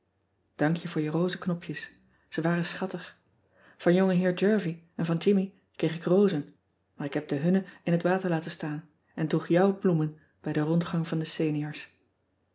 ank je voor je rozeknopjes e waren ean ebster adertje angbeen schattig an ongeheer ervie en van immie kreeg ik rozen maar ik heb de hunne in het water laten staan en droeg jouw bloemen bij den rondgang van de eniors